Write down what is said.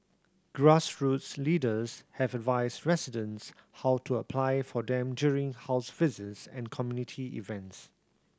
grassroots leaders have advised residents how to apply for them during house visits and community events